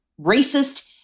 racist